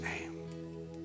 name